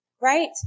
right